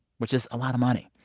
which is a lot of money.